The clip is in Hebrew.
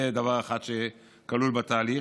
זה דבר אחד שכלול בתהליך.